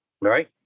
Right